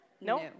No